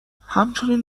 همچنین